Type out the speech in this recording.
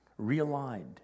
realigned